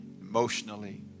emotionally